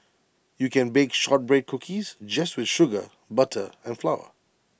you can bake Shortbread Cookies just with sugar butter and flour